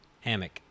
hammock